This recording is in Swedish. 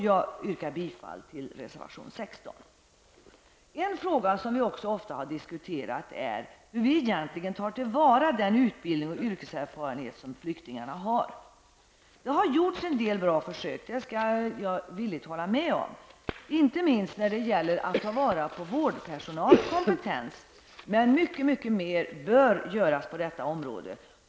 Jag yrkar bifall till reservation 16. En fråga som vi också ofta diskuterat är hur vi egentligen tar till vara den utbildning och yrkeserfarenhet som flyktingarna har. Det har gjorts en del bra försök, inte minst när det gäller att ta till vara vårdpersonals kompetens, men mycket mer bör göras på detta område.